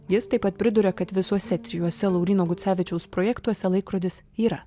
jis taip pat priduria kad visuose trijuose lauryno gucevičiaus projektuose laikrodis yra